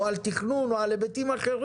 או על תכנון או על היבטים אחרים,